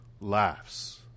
laughs